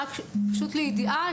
רק לידיעה,